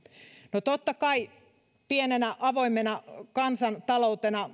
no totta kai meille pienenä avoimena kansantaloutena